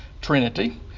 trinity